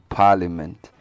parliament